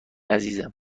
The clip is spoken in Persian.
عزیزم